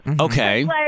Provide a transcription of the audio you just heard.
Okay